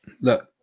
look